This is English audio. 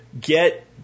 Get